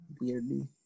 Weirdly